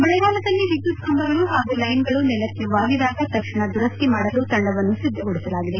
ಮಳೆಗಾಲದಲ್ಲಿ ವಿದ್ಯುತ್ ಕಂಬಗಳು ಪಾಗೂ ಲೈನ್ ಗಳು ನೆಲಕ್ಕೆ ವಾಲಿದಾಗ ತಕ್ಷಣ ದುರಸ್ತಿ ಮಾಡಲು ತಂಡವನ್ನು ಸಿದ್ದಗೊಳಿಸಲಾಗಿದೆ